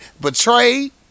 Betrayed